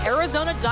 Arizona